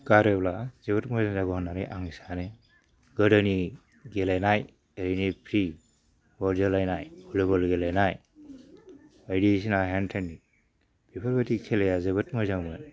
गारोब्ला जोबोद मोजां जागौ होननानै आं सानो गोदोनि गेलेनाय ओरैनो फ्रि बल जोलायनाय भलिबल गेलेनाय बायदि सेना हेन थेन बेफोरबादि खेलाया जोबोद मोजांमोन